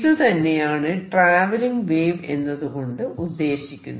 ഇതുതന്നെയാണ് travelling wave എന്നതുകൊണ്ട് ഉദ്ദേശിക്കുന്നത്